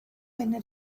venne